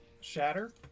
Shatter